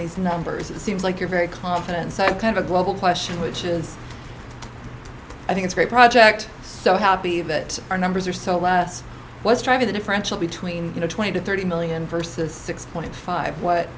these numbers it seems like you're very confident so i tend to global question which is i think it's great project so happy that our numbers are so last what's driving the differential between you know twenty to thirty million versus six point five what